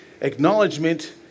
acknowledgement